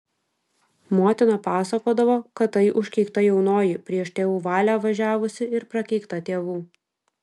motina pasakodavo kad tai užkeikta jaunoji prieš tėvų valią važiavusi ir prakeikta tėvų